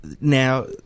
Now